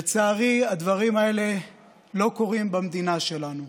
לצערי, הדברים האלה לא קורים במדינה שלנו.